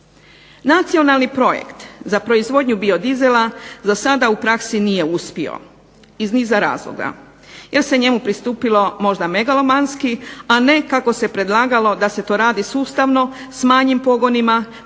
Nacionalni projekt za proizvodnju biodizela zasada u praksi nije uspio iz niza razloga. Jer se njemu pristupilo možda megalomanski, a ne kako se predlagalo da se to radi sustavno, s manjim pogonima